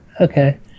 okay